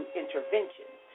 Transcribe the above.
interventions